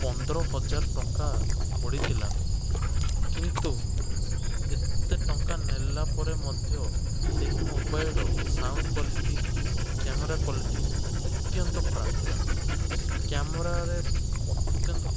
ପନ୍ଦର ହଜାର ଟଙ୍କା ପଡ଼ିଥିଲା କିନ୍ତୁ ସେ ଏତେ ଟଙ୍କା ନେଲା ପରେ ମଧ୍ୟ ସେହି ମୋବାଇଲର ସାଉଣ୍ଡ କ୍ଵାଲିଟି କ୍ୟାମେରା କ୍ଵାଲିଟି ଅତ୍ୟନ୍ତ ଖରାପ ଥିଲା କ୍ୟାମେରାରେ ଅତ୍ୟନ୍ତ